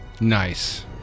Nice